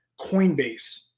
Coinbase